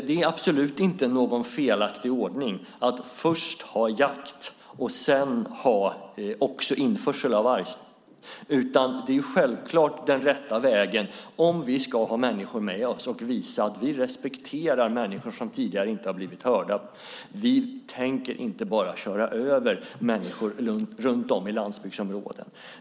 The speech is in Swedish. Det är absolut inte någon felaktig ordning att först ha jakt och sedan ha införsel av varg. Den rätta vägen, om vi ska ha människor med oss, är att visa att vi respekterar människor som tidigare inte har blivit hörda. Vi tänker inte bara köra över människor runt om i landsbygdsområdena.